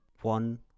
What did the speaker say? One